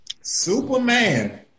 Superman